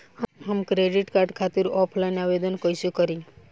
हम credit card खातिर offline आवेदन कइसे करि?